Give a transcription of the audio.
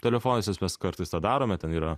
telefonais nes mes kartais tą darome ten yra